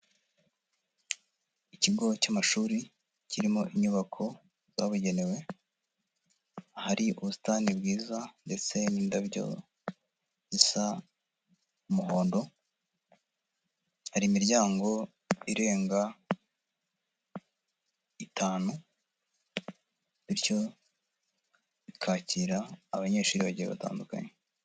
Ikigo cy'amashuri kirimo inyubako zabugenewe, ahari ubusitani bwiza ndetse n'indabyo zisa umuhondo, hari imiryango irenga itanu bityo bikakira abanyeshuri bagiye batandukanye.